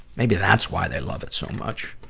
maybe that's why they love it so much.